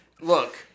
Look